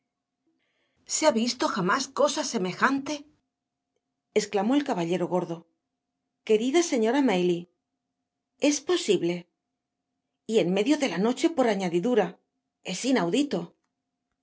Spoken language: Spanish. se ha visto jamás cosa semejante esclamó el caballero gordo querida señora maylie es posible y en medio de la noche por añadidura es inaudito